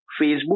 Facebook